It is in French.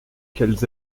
qu’elles